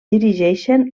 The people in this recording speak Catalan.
dirigeixen